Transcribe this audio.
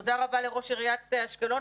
תודה רבה לראש עיריית אשקלון,